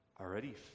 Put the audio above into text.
already